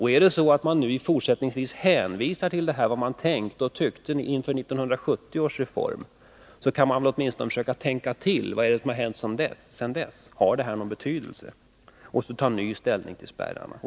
I stället för att fortsättningsvis hänvisa till vad man tänkte och tyckte inför 1970 års reform kan man väl åtminstone försöka tänka till om vad som har hänt sedan dess och om detta har någon betydelse, för att sedan ta ny ställning till spärrarna.